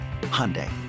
Hyundai